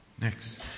Next